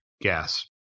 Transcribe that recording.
gas